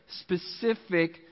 specific